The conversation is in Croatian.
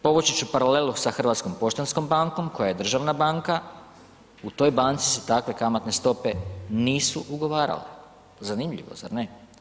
Povući ću paralelu sa Hrvatskom poštanskom bankom koja je državna banka u toj banci se takve kamatne stope nisu ugovarale, zanimljivo zar ne.